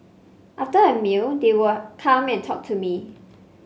after a meal they would come and talk to me